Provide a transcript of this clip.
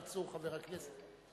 חבר הכנסת שיח' אברהים צרצור.